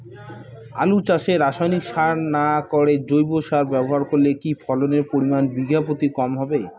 আলু চাষে রাসায়নিক সার না করে জৈব সার ব্যবহার করলে কি ফলনের পরিমান বিঘা প্রতি কম হবে?